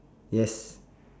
yes